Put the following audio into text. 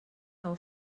nou